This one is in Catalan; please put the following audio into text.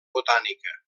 botànica